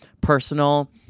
personal